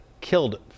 killed